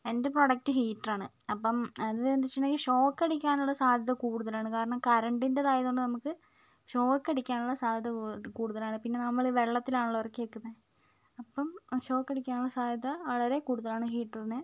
എൻ്റെ പ്രോഡക്ട് ഹീറ്ററാണ് അപ്പം അത് എന്താണെന്ന് വച്ചിട്ടുണ്ടെങ്കിൽ ഷോക്കടിക്കാനുള്ള സാധ്യത കൂടുതലാണ് കാരണം കറണ്ടിൻ്റെതായതുകൊണ്ട് നമുക്ക് ഷോക്കടിക്കാനുള്ള സാധ്യത കൂടുതലാണ് പിന്നെ നമ്മൾ വെള്ളത്തിൽ ആണല്ലോ ഇറക്കി വയ്ക്കുന്നത് അപ്പം ഷോക്ക് അടിക്കാനുള്ള സാധ്യത വളരെ കൂടുതലാണ് ഹീറ്ററിന്